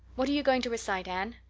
what are you going to recite, anne?